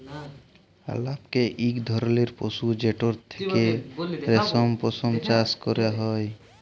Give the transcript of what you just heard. আলাপকে ইক ধরলের পশু যেটর থ্যাকে রেশম, পশম চাষ ক্যরা হ্যয়